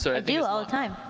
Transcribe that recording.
i do all the time.